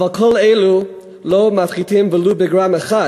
אבל כל אלו לא מפחיתים ולו בגרם אחד